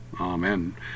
Amen